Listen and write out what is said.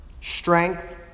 strength